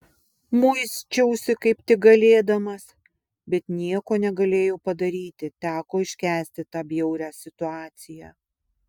muisčiausi kaip tik galėdamas bet nieko negalėjau padaryti teko iškęsti tą bjaurią situaciją